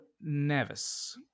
Nevis